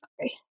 Sorry